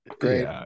Great